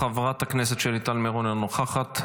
חברת הכנסת שלי טל מירון, אינה נוכחת.